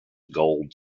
gold